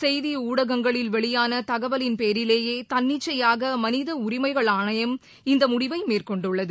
செய்தி ஊடகங்களில் வெளியான தகவலின் பேரிலேயே தன்னிச்சையாக மனித உரிமைகள் ஆணையம் இந்த முடிவை மேற்கொண்டுள்ளது